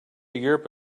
europe